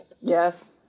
Yes